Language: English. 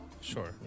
Sure